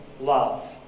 love